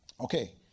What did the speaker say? Okay